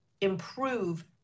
improve